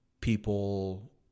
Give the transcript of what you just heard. people